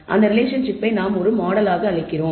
அந்த ரிலேஷன்ஷிப்பை நாம் ஒரு மாடலாக அழைக்கிறோம்